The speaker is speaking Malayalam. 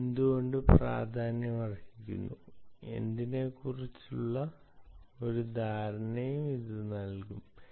ഇത് എന്തുകൊണ്ട് പ്രാധാന്യമർഹിക്കുന്നു എന്നതിനെക്കുറിച്ചുള്ള ഒരു ധാരണ ഇത് നൽകും